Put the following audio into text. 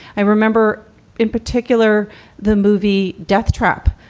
i remember in particular the movie death trap,